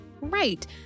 Right